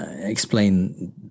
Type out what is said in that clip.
explain